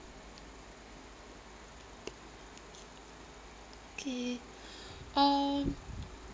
okay um